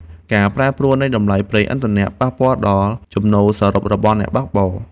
ការប្រែប្រួលនៃតម្លៃប្រេងឥន្ធនៈ ប៉ះពាល់ដល់ចំណូលសរុបរបស់អ្នកបើកបរ។